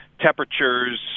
temperatures